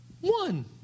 One